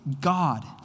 God